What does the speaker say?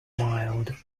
mild